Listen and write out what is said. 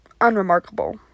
unremarkable